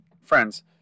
Friends